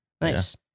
Nice